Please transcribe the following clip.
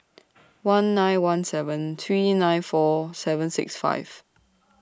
one nine one seven three nine four seven six five